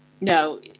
no